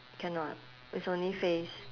cannot it's only face